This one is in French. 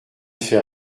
fait